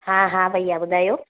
हा हा भैया ॿुधायो